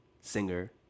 singer